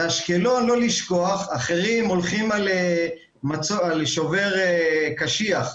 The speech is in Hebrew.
אחרים הולכים על שובר קשיח.